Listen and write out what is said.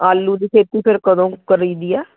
ਆਲੂ ਦੀ ਖੇਤੀ ਫਿਰ ਕਦੋਂ ਕਰੀ ਦੀ ਆ